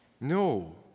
No